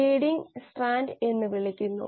ഈ പൂജ്യങ്ങൾ അതേപടി നിലനിൽക്കും